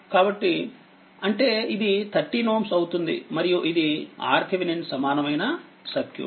కాబట్టి అంటేఇది13Ω అవుతుందిమరియు ఇదిRThevenin సమానమైన సర్క్యూట్